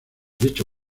dicho